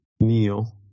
kneel